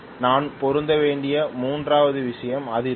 நான் பொருத்த வேண்டிய மூன்றாவது விஷயம் அதிர்வெண்